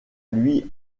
lui